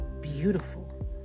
beautiful